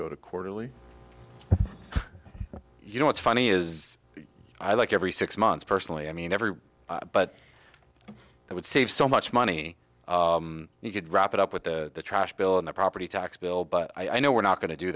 go to quarterly you know what's funny is i like every six months personally i mean every but it would save so much money you could wrap it up with the trash bill and the property tax bill but i know we're not going to do